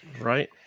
Right